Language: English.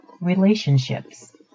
relationships